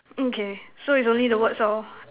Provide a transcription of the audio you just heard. mm K so is only the words lor